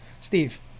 Steve